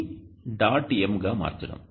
m గా మార్చడం